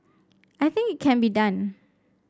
I think it can be done